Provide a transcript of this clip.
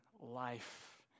life